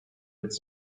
its